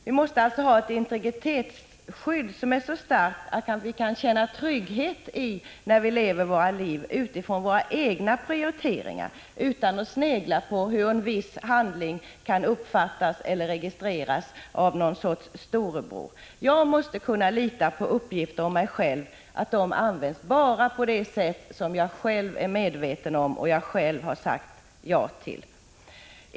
Vi måste alltså ha ett integritetsskydd som är sådant att vi kan känna trygghet i våra liv, utifrån våra egna prioriteringar och utan att snegla på hur en viss handling kan uppfattas eller registreras av någon sorts storebror. Jag måste kunna lita på att uppgifter om mig bara används på det sätt som jag själv är medveten om och som jag har sagt ja till.